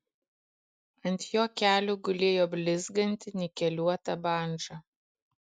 ant jo kelių gulėjo blizganti nikeliuota bandža